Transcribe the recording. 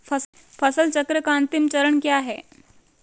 फसल चक्र का अंतिम चरण क्या है?